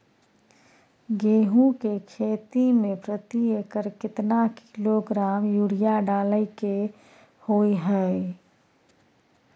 गेहूं के खेती में प्रति एकर केतना किलोग्राम यूरिया डालय के होय हय?